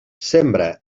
sembra